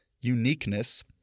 uniqueness